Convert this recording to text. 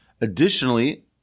Additionally